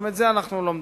גם את זה אנחנו לומדים.